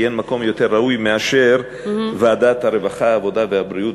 כי אין מקום יותר ראוי מאשר ועדת הרווחה והבריאות,